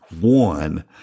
One